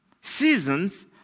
Seasons